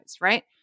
right